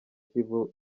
kivu